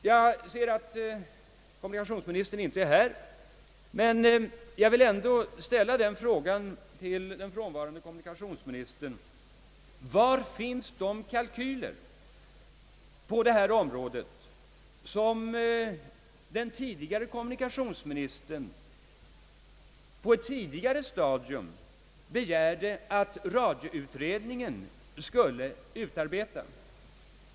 Jag ser att kommunikationsministern inte är här men jag vill ändå ställa den frågan till den frånvarande kommunikationsministern: Var finns de kalkyler på detta område som den förre kommunikationsministern på ett tidigare stadium begärde att radioutredningen skulle utarbeta.